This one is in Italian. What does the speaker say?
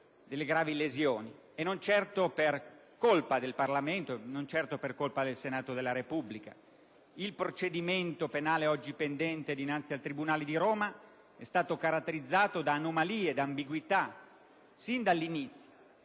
e non certo per colpa del Parlamento, del Senato della Repubblica. Il procedimento penale oggi pendente dinanzi al tribunale di Roma è stato caratterizzato da anomalie, da ambiguità sin dagli inizi.